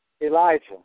Elijah